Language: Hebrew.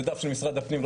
זה דף של משרד הפנים,